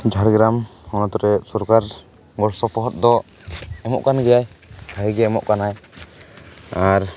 ᱡᱷᱟᱲᱜᱨᱟᱢ ᱦᱚᱱᱚᱛ ᱨᱮ ᱥᱚᱨᱠᱟᱨ ᱜᱚᱲᱚᱥᱚᱯᱚᱦᱚᱫ ᱫᱚ ᱮᱢᱚᱜ ᱠᱟᱱ ᱜᱮᱭᱟᱭ ᱵᱷᱟᱜᱮ ᱜᱮᱭ ᱮᱢᱚᱜ ᱠᱟᱱᱟᱭ ᱟᱨ